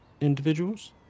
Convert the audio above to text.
individuals